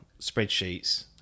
spreadsheets